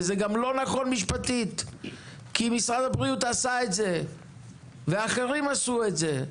וזה גם לא נכון משפטית כי משרד הבריאות עשה את זה ואחרים עשו את זה.